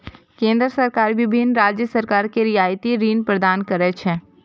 केंद्र सरकार विभिन्न राज्य सरकार कें रियायती ऋण प्रदान करै छै